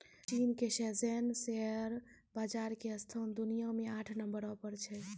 चीन के Shenzhen share बाजार के स्थान दुनिया मे आठ नम्बरो पर छै